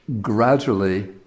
gradually